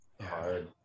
hard